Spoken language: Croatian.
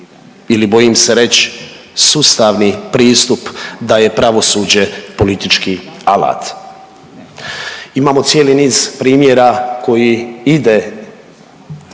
ili bojim se reć sustavni pristup da je pravosuđe politički alat. Imamo cijeli niz primjera koji ide